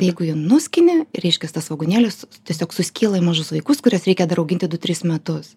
jeigu jau nuskini reiškias tas svogūnėlis tiesiog suskyla į mažus vaikus kurias reikia dar auginti du tris metus